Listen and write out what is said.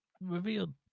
revealed